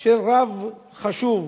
של רב חשוב,